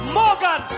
Morgan